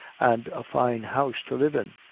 and a fine house to live in.